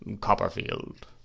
Copperfield